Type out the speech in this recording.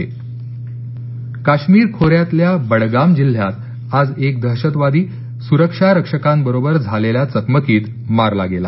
जम्म कश्मीर काश्मीर खोऱ्यातल्या बडगाम जिल्ह्यात आज एक दहशतवादी सुरक्षा रक्षकांबरोबर झालेल्या चकमकीत मारला गेला